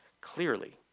clearly